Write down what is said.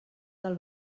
del